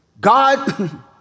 God